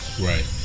Right